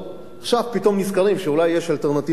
עכשיו פתאום נזכרים שאולי יש אלטרנטיבות אחרות.